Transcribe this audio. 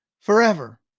forever